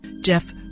Jeff